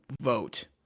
vote